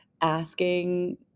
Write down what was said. asking